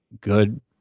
good